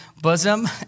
bosom